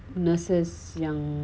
nurses yang